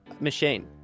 machine